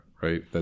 right